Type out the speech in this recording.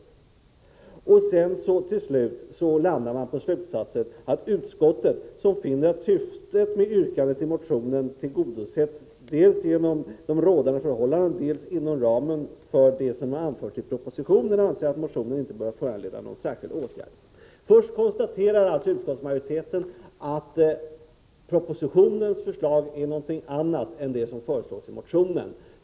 Till slut kommer man till slutsatsen: ”Utskottet, som finner att syftet med yrkandet i motion 1984/85:174 tillgodoses dels genom redan rådande förhållanden, dels inom ramen för det som har anförts i propositionen, anser att motionen inte bör föranleda någon särskild åtgärd från riksdagens sida.” Först konstaterar alltså utskottsmajoriteten att propositionens förslag är någonting annat än vad som föreslås i motionen.